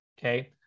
okay